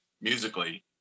musically